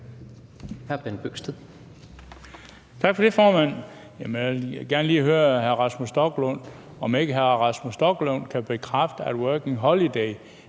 Bent Bøgsted (DF): Tak for det, formand. Jeg vil gerne lige høre hr. Rasmus Stoklund, om han ikke kan bekræfte, at Working Holiday